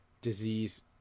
disease